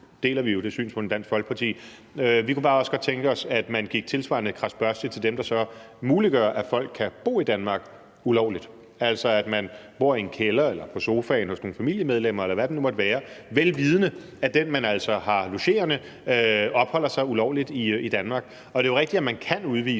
deler vi jo det synspunkt i Dansk Folkeparti. Vi kunne også bare godt tænke os, at man gik tilsvarende kradsbørstigt til dem, der så muliggør, at folk kan bo i Danmark ulovligt, altså hvis man bor i en kælder eller på sofaen hos nogle familiemedlemmer, eller hvad det måtte være, vel vidende at den, som man så har logerende, opholder sig ulovligt i Danmark. Og det er jo rigtigt, at man kan udvise,